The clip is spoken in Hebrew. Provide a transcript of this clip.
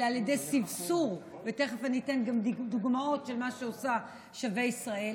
פרטית שנקראת "שבי ישראל".